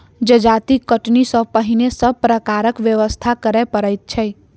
जजाति कटनी सॅ पहिने सभ प्रकारक व्यवस्था करय पड़ैत छै